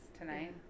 tonight